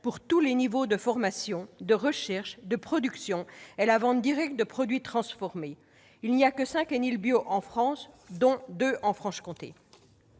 pour tous les niveaux de formation, de recherche, de production, et la vente directe de produits transformés. Il n'y a que cinq Enilbio en France, dont deux se situent en Franche-Comté.